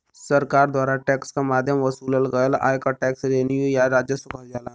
सरकार द्वारा टैक्स क माध्यम वसूलल गयल आय क टैक्स रेवेन्यू या राजस्व कहल जाला